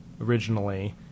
originally